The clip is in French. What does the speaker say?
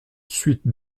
suite